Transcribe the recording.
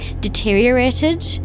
deteriorated